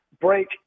break